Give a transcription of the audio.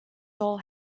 soul